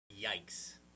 Yikes